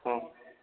हाँ